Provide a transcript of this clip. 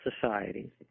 society